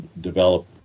develop